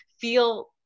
feel